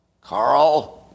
Carl